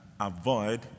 avoid